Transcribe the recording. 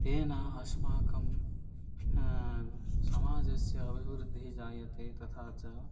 तेन अस्माकं समाजस्य अभिवृद्धिः जायते तथा च